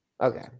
Okay